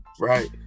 right